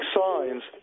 signs